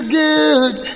good